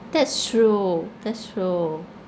that's true that's true